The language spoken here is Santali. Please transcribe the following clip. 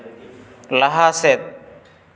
ᱞᱟᱦᱟ ᱥᱮᱫ